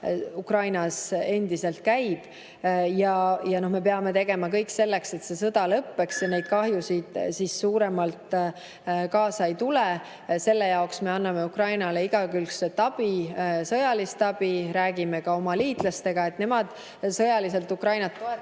Ukrainas endiselt käib. Me peame tegema kõik selleks, et sõda lõppeks ja neid kahjusid veelgi suuremas ulatuses kaasa ei tuleks. Selle jaoks me anname Ukrainale igakülgset abi, sõjalist abi, räägime ka oma liitlastega, et nemad sõjaliselt Ukrainat